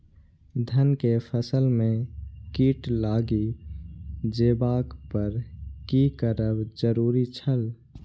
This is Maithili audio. धान के फसल में कीट लागि जेबाक पर की करब जरुरी छल?